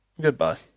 Goodbye